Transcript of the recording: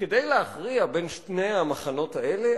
כדי להכריע בין שני המחנות האלה,